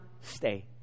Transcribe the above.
stay